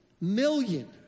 million